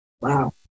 Wow